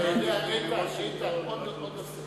אתה יודע, איתן, איתן, עוד נושא.